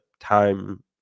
time